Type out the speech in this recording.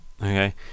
Okay